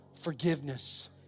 forgiveness